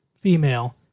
Female